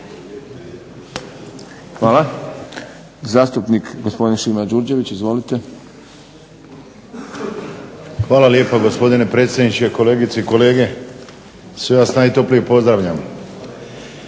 Hvala. Zastupnik gospodin Šima Đurđević. **Đurđević, Šimo (HDZ)** Hvala lijepa gospodine predsjedniče, kolegice i kolege, sve vas najtoplije pozdravljam.